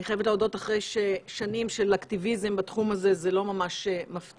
אני חייבת להודות שאחרי שנים של אקטיביזם בתחום הזה זה לא ממש מפתיע.